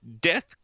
death